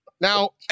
Now